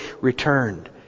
returned